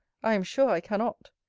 i am sure i cannot.